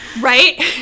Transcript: right